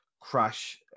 crash